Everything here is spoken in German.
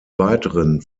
weiteren